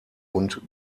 und